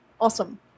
Awesome